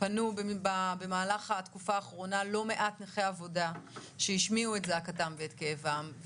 פנו במהלך התקופה האחרונה לא מעט נכי עבודה שהשמיעו את זעקתם ואת כאבם.